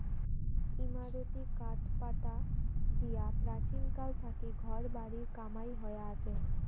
ইমারতী কাঠপাটা দিয়া প্রাচীনকাল থাকি ঘর বাড়ির কামাই হয়া আচে